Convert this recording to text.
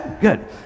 good